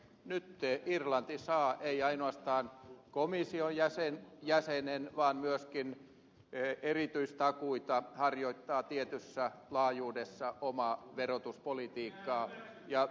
nyt irlanti saa ei ainoastaan komission jäsenen vaan myöskin erityistakuita harjoittaa tietyssä laajuudessa omaa verotuspolitiikkaansa ja turvallisuuspolitiikkaansa